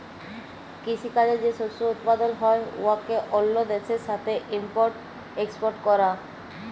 কিসি কাজে যে শস্য উৎপাদল হ্যয় উয়াকে অল্য দ্যাশের সাথে ইম্পর্ট এক্সপর্ট ক্যরা